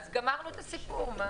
אז גמרנו את הסיפור.